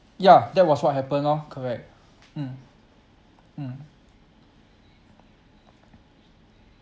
yeah that was what happened lor correct mm mm